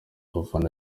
abafana